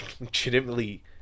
legitimately